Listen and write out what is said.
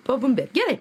pabumbėt gerai